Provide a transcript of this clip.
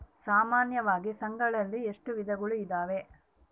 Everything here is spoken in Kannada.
ಸಾಮಾನ್ಯವಾಗಿ ಸಸಿಗಳಲ್ಲಿ ಎಷ್ಟು ವಿಧಗಳು ಇದಾವೆ?